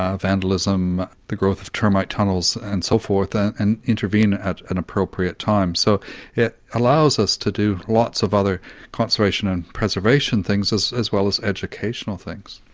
ah vandalism, the growth of termite tunnels and so forth ah and intervene at an appropriate time. so it allows us to do lots of other conservation and preservation things as as well as educational things.